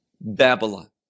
Babylon